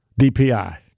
DPI